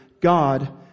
God